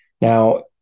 Now